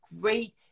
great